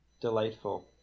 delightful